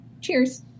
Cheers